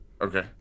Okay